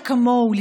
שלו.